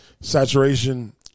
saturation